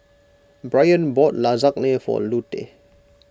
Bryan bought Lasagna for Lute